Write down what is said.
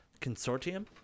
consortium